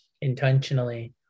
intentionally